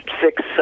six